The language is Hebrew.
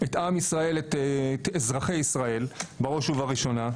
את אזרחי ישראל בראש ובראשונה,